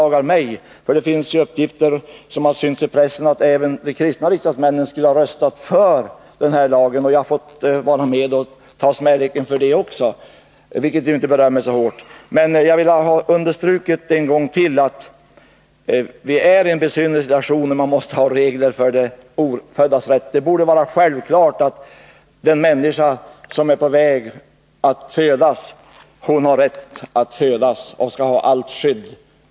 Det har nämligen förekommit uppgifter i pressen att även de kristna riksdagsmännen skulle ha röstat för den här lagen, och jag har fått vara med och ta smäleken för det också, vilket inte berör mig så hårt. Jag vill än en gång understryka att vi befinner oss i en besynnerlig situation när vi måste ha regler för oföddas rätt. Det borde vara självklart att den människa som är på väg att födas har rätt att födas och skall ha allt skydd.